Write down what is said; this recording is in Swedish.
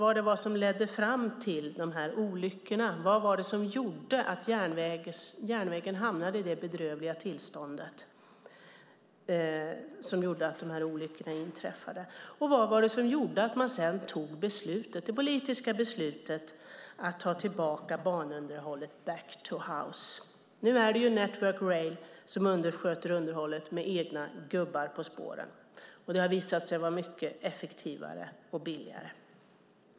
Vad var det som ledde fram till de här olyckorna? Vad var det som gjorde att järnvägen hamnade i detta bedrövliga tillstånd så att olyckorna inträffade? Vad var det som gjorde att man sedan tog det politiska beslutet att ta tillbaka banunderhållet back to house? Nu är det Network Rail som sköter underhållet med egna gubbar på spåren. Det har visat sig vara mycket effektivare och billigare.